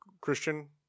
Christian